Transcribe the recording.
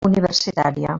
universitària